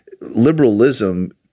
Liberalism